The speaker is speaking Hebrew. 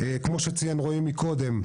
כמו שציין רועי קודם,